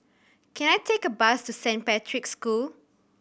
can I take a bus to Saint Patrick's School